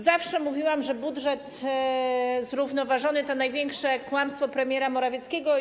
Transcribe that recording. Zawsze mówiłam, że budżet zrównoważony to największe kłamstwo premiera Morawieckiego.